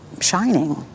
shining